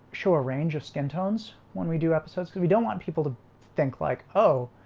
show a range of skin tones when we do episodes because we don't want people to think like oh,